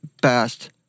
best